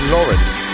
Lawrence